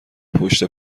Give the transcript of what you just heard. پشت